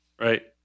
Right